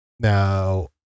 Now